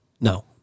No